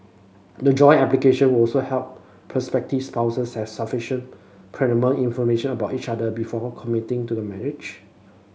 the joint application will also help prospective spouses have sufficient pertinent information about each other before committing to the marriage